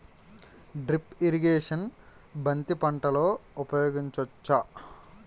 Drip irrigation బంతి పంటలో ఊపయోగించచ్చ?